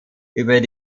über